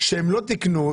שהם לא תיקנו,